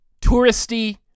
touristy